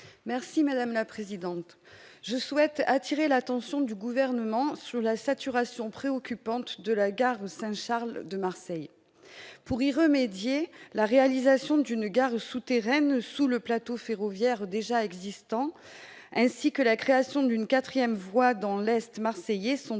Merci madame la présidente, je souhaite attirer l'attention du gouvernement sur la saturation préoccupante de la gare Saint-Charles de Marseille pour y remédier, la réalisation d'une gare souterraine sous le plateau ferroviaire déjà existants, ainsi que la création d'une 4ème voie dans l'Est marseillais sont